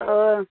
ओ